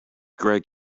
greg